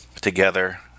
together